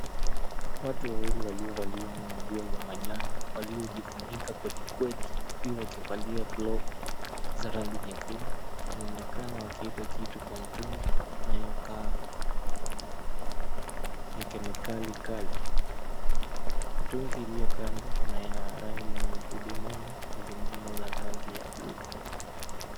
Watu wawili waliovalia manguo za manjano waliojifunika kweli kweli, pia wakivalia glovu za rangi nyekundu, wanaonekana wakieka kitu kwa mtungi inayokaa ni kemikali kali. Mtungi iliyo kando, kuna ya rangi nyekundu moja na zingine za rangi ya buluu.